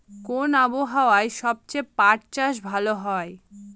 কোন আবহাওয়ায় সবচেয়ে পাট চাষ ভালো হয়?